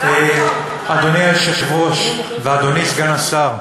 אדוני היושב-ראש ואדוני סגן השר,